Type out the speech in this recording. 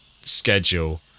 schedule